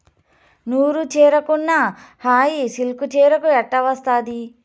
నూరు చీరకున్న హాయి సిల్కు చీరకు ఎట్టా వస్తాది